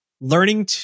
learning